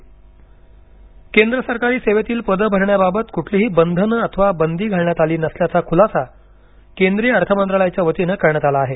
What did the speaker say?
अर्थ मंत्रालय केंद्र सरकारी सेवेतील पदं भरण्याबाबत कुठलीही बंधनं अथवा बंदी घालण्यात आली नसल्याचा खुलासा केंद्रीय अर्थमंत्रालयाच्या वतीनं करण्यात आला आहे